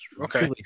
okay